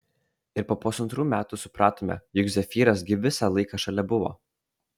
ir po pusantrų metų supratome juk zefyras gi visą laiką šalia buvo